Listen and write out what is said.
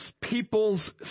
people's